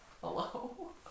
hello